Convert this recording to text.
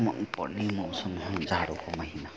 मन पर्ने मौसम हो जाडोको महिना